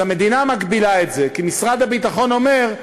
אז המדינה מגבילה את זה, כי משרד הביטחון אומר: